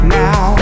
now